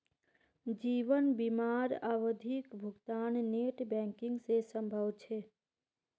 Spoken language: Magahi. जीवन बीमार आवधिक भुग्तान नेट बैंकिंग से संभव छे?